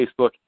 Facebook